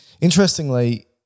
Interestingly